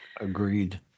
Agreed